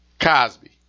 Cosby